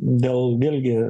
dėl vėlgi